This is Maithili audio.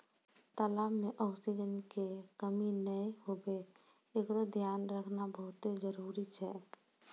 तलाब में ऑक्सीजन के कमी नै हुवे एकरोॅ धियान रखना बहुत्ते जरूरी छै